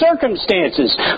circumstances